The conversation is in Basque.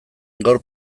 gaur